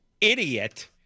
idiot